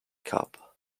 cup